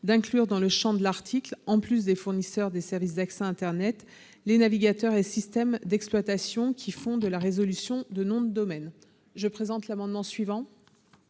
à inclure dans le champ de l’article, en sus des fournisseurs de services d’accès à internet, les navigateurs et systèmes d’exploitation qui font de la résolution de nom de domaine (DNS). Quel est l’avis